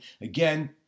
Again